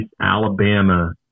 Alabama